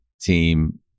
team